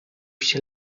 się